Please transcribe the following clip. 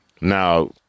Now